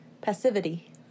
passivity